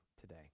today